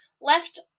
left